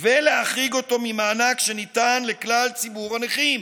ולהחריג אותו ממענק שניתן לכלל ציבור הנכים?